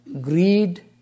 greed